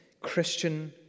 Christian